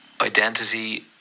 Identity